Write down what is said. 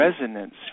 resonance